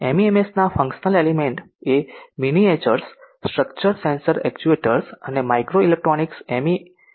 એમઇએમએસના functional element એ miniaturized structures sensor actuators અને micro electronics એમ